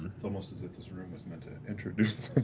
it's almost as if this room is meant to introduce